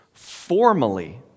Formally